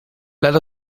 let